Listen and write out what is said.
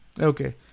Okay